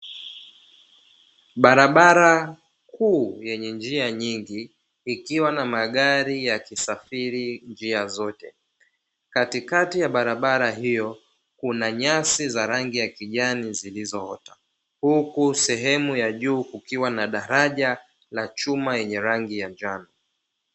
Barabara kuu yenye njia nyingi ikiwa na magari yakisafiri njia zote, katikati ya barabara hiyo kuna nyasi za rangi ya kijani zilizoota, huku sehemu ya juu kukiwa na daraja la chuma yenye rangi ya njano.